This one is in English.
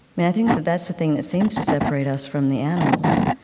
and i think that that's the thing that seems to separate us from the animals.